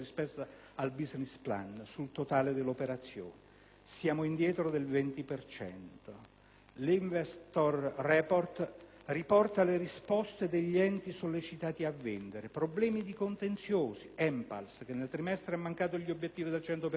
al *business plan*) sul totale dell'operazione. Siamo indietro del 20 per cento. L'*investor report* riporta le risposte degli enti sollecitati a vendere: «problemi di contenziosi» (ENPALS, che nel trimestre ha mancato gli obiettivi del 100